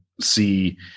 see